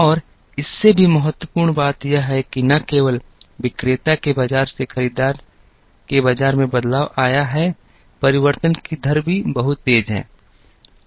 और इससे भी महत्वपूर्ण बात यह है कि न केवल विक्रेता के बाजार से खरीदार के बाजार में बदलाव आया है परिवर्तन की दर भी बहुत तेज है